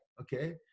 okay